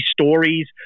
stories